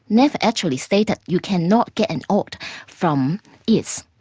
never actually stated you cannot get an ought from is.